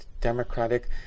Democratic